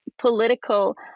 political